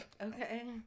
Okay